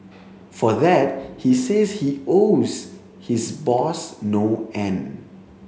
for that he says he owes his boss no end